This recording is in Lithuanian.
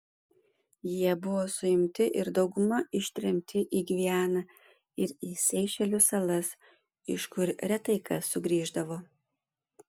jie buvo suimti ir dauguma ištremti į gvianą ir į seišelių salas iš kur retai kas sugrįždavo